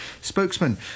spokesman